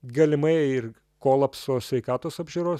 galimai ir kolapso sveikatos apžiūros